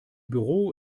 büro